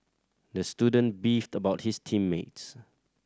the student beefed about his team mates